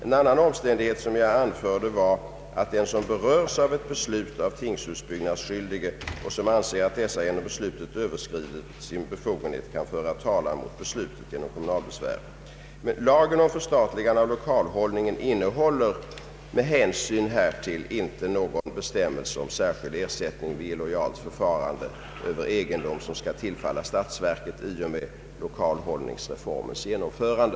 En annan omständighet som jag anförde var att den som berörs av ett beslut av tingshusbyggnadsskyldige och som anser att dessa genom beslutet överskridit sin befogenhet kan föra talan mot beslutet genom kommunalbesvär. Lagen om förstatligande av lokalhållningen innehåller med hänsyn härtill inte någon bestämmelse om sär skild ersättning vid illojalt förfogande över egendom som skall tillfalla statsverket i och med lokalhållningsreformens genomförande.